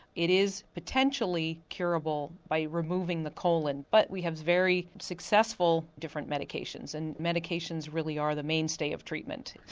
it is potentially curable by removing the colon, but we have very successful different medications and medications really are the mainstay of treatment.